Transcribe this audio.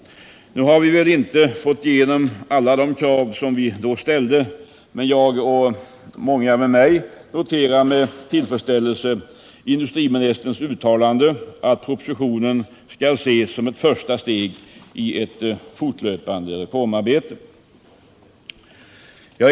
Nu har vi väl inte fått igenom alla de krav som vi då ställde, men jag och många med mig noterar med tillfredsställelse industriministerns uttalande att propositionen skall ses som ett första steg i ett fortlöpande reformarbete.